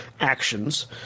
actions